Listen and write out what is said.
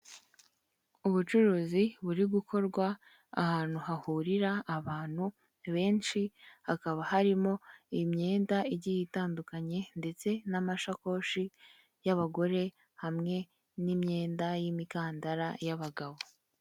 Ubucuruzi buri gukorwa ahantu hahurira abantu benshi hakaba harimo imyenda igiye itandukanye ndetse n'amashakoshi y'abagore hamwe n'imyenda y'imikandara y'abagabo.